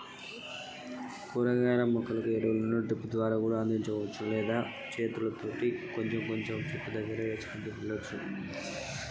కూరగాయ మొక్కలకు ఎరువులను ఎలా వెయ్యాలే?